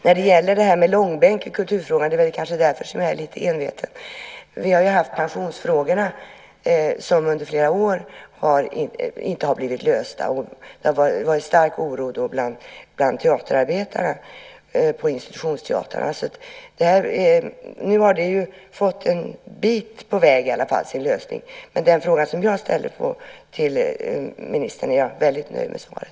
När det gäller långbänk i kulturfrågorna är jag lite enveten. Vi har haft pensionsfrågorna uppe under flera år, men de har inte blivit lösta. Det har varit en stark oro bland kulturarbetarna på institutionsteatrarna. Nu har vi gått en bit på vägen till en lösning av frågan. Men svaret på den fråga som jag ställde till kulturministern är jag jätteglad för. Tack så mycket.